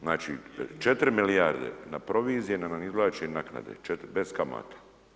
Znači, 4 milijarde na provizije ... nam izvlače naknade, bez kamata.